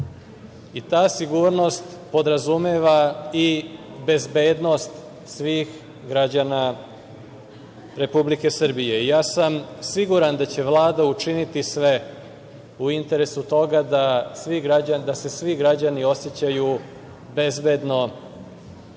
i ta sigurnost podrazumeva i bezbednost svih građana Republike Srbije. Ja sam siguran da će Vlada učiniti sve u interesu toga da se svi građani osećaju bezbedno